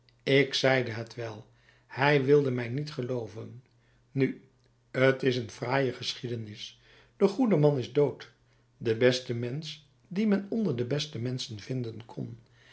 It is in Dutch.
ik zeide het wel hij wilde mij niet gelooven nu t is een fraaie geschiedenis de goede man is dood de beste mensch dien men onder de beste menschen vinden kon